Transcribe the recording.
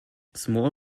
small